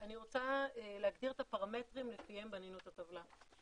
אני רוצה להגדיר את הפרמטרים לפיהם בנינו את הטבלה.